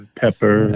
pepper